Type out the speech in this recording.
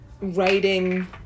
writing